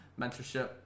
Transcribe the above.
mentorship